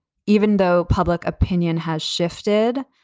even though public opinion has shifted.